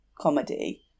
comedy